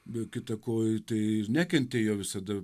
be kita ko tai ir nekentė jo visada